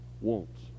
wants